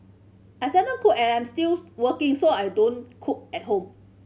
I seldom cook as I'm still working so I don't cook at home